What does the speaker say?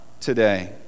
today